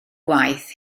gwaith